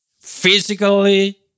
physically